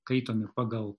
kaitomi pagal